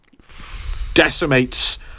decimates